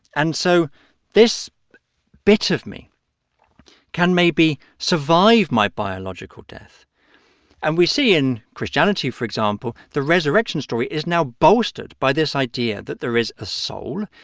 and so this bit of me can maybe survive my biological death and we see in christianity, for example, the resurrection story is now bolstered by this idea that there is a soul.